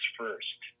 first